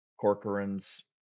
Corcoran's